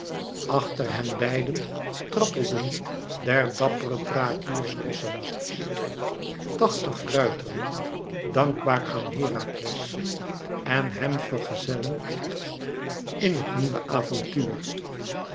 achter hen beiden trappelend der dappere thrakiërs rossen tachtig ruiteren dankbaar aan herakles en hem vergezellend in het nieuwe avontuur